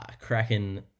cracking